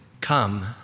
Come